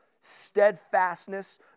steadfastness